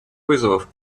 вызовов